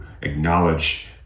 acknowledge